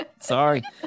sorry